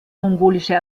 mongolische